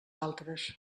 altres